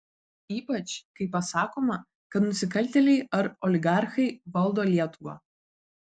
ypač kai pasakoma kad nusikaltėliai ar oligarchai valdo lietuvą